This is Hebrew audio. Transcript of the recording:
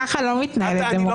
ככה לא מתנהלת דמוקרטיה.